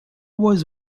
was